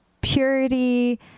purity